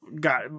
got